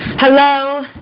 Hello